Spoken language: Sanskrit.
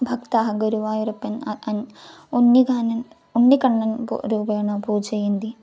भक्ताः गुरुवायूरप्पन् अन् उन्नतानाम् उण्णकण्णन् पो रूपेण पूजयन्ति